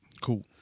cool